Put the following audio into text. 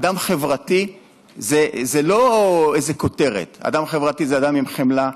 אדם חברתי זו לא איזו כותרת; אדם חברתי זה אדם עם חמלה,